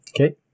Okay